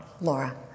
Laura